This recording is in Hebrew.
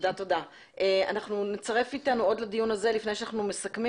אנחנו נצרף עוד לדיון הזה לפני שאנחנו מסכמים